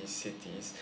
the cities